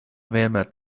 vienmēr